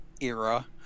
era